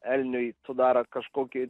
elniui sudaro kažkokį